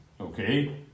Okay